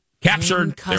captured